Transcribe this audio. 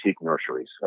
nurseries